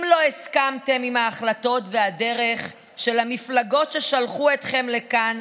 אם לא הסכמתם להחלטות והדרך של המפלגות ששלחו אתכם לכאן,